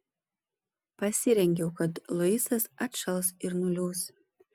pasirengiau kad luisas atšals ir nuliūs